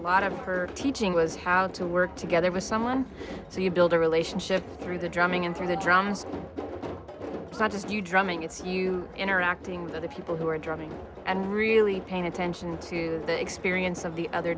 a lot of her teaching was how to work together with someone so you build a relationship through the drumming and through the drums it's not just you drumming it's you interacting with other people who are drumming and really paying attention to the experience of the other